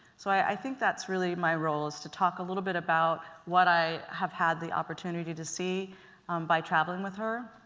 so i think that's really my role is to talk a little bit about what i have had the opportunity to see by traveling with her.